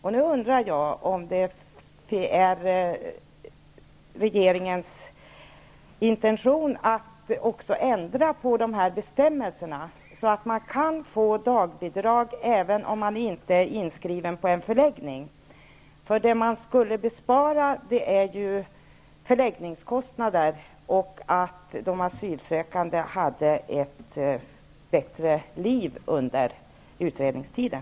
Jag undrar om det är regeringens intention att ändra dessa bestämmelser så, att det blir möjligt att få dagbidrag även om man inte är inskriven på en förläggning. I så fall skulle man spara in förläggningskostnader, samtidigt som de asylsökande fick en bättre tillvaro under utredningstiden.